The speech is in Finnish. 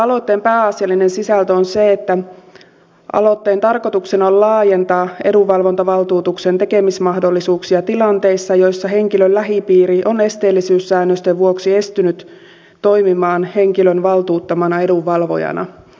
aloitteen pääasiallinen sisältö on se että aloitteen tarkoituksena on laajentaa edunvalvontavaltuutuksen tekemismahdollisuuksia tilanteissa joissa henkilön lähipiiri on esteellisyyssäännösten vuoksi estynyt toimimaan henkilön valtuuttamana edunvalvojana